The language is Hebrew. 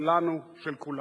שלנו, של כולנו.